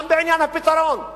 גם בעניין הפתרון.